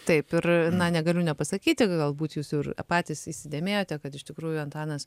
taip ir na negaliu nepasakyti galbūt jūs ir patys įsidėmėjote kad iš tikrųjų antanas